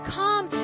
come